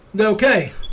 Okay